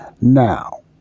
Now